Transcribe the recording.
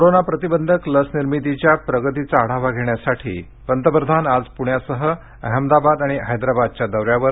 corona प्रतिबंधक लस निर्मितीच्या प्रगतीचा आढावा घेण्यासाठी पंतप्रधान आज पृण्यासह अहमदाबाद आणि हैदराबादच्या दौर्या वर